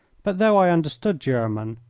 but though i understood german,